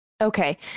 Okay